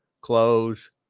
Close